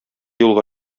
юлга